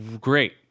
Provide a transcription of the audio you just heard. great